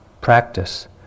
practice